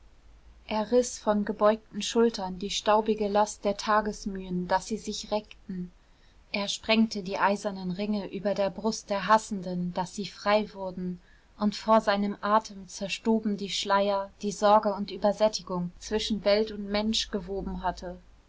er riß von gebeugten schultern die staubige last der tagesmühen daß sie sich reckten er sprengte die eisernen ringe über der brust der hassenden daß sie frei wurden und vor seinem atem zerstoben die schleier die sorge und übersättigung zwischen welt und mensch gewoben hatten